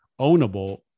ownable